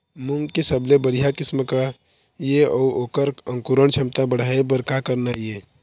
मूंग के सबले बढ़िया किस्म का ये अऊ ओकर अंकुरण क्षमता बढ़ाये बर का करना ये?